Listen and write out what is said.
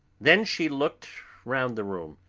then she looked around the room,